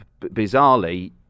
bizarrely